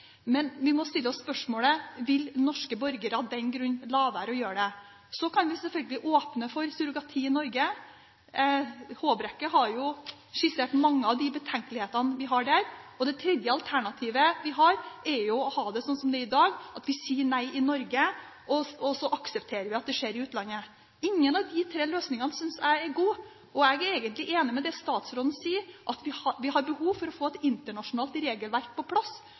Men vi må stille oss spørsmålet: Vil norske borgere av den grunn la være å gjøre det? Så kan vi selvfølgelig åpne for surrogati i Norge. Representanten Håbrekke har jo skissert mange av de betenkelighetene vi har der. Det tredje alternativet vi har, er å ha det sånn som det er i dag, at vi sier nei i Norge og aksepterer at det skjer i utlandet. Ingen av de tre løsningene synes jeg er gode, og jeg er egentlig enig i det statsråden sier, at vi har behov for å få et internasjonalt regelverk på plass